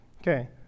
Okay